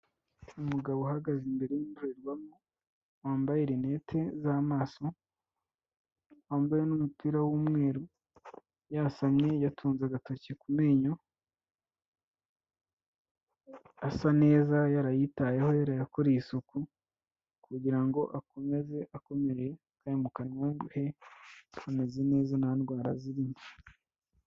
Umugabo uhagaze imbere y'indorerwamo, wambaye lunette z'amaso, wambaye n'umupira w'umweru, yasamye, yatunze agatoki ku menyo asa neza yarayitayeho yarayakoreye isuku kugira ngo akomeze akomeye kandi mu kanwa he hameze neza nta ndwara zirimo.